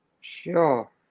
Sure